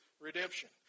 redemption